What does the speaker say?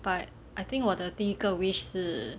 but I think 我的第一个 wish 是